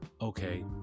okay